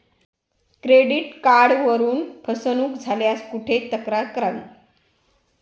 Credit कार्डवरून फसवणूक झाल्यास कुठे तक्रार करावी?